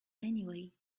anyway